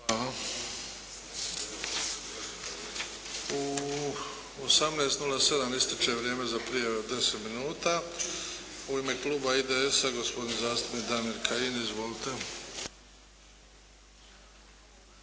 U 18,07 ističe vrijeme za prijave od 10 minuta. U ime kluba IDS-a gospodin zastupnik Damir Kajin. Izvolite.